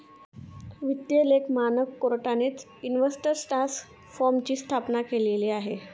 वित्तीय लेख मानक बोर्डानेच इन्व्हेस्टर टास्क फोर्सची स्थापना केलेली आहे